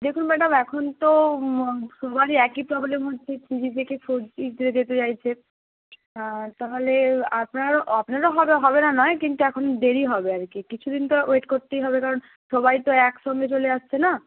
দেখুন ম্যাডাম এখন তো সবারই একই প্রবলেম হচ্ছে থ্রি জি থেকে ফোর জিতে যেতে চাইছে তাহলে আপনারও আপনারও হবে হবে না নয় কিন্তু এখন দেরি হবে আর কি কিছুদিন তো ওয়েট করতেই হবে কারণ সবাই তো একসঙ্গে চলে আসছে না